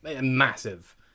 massive